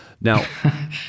Now